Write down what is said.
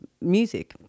Music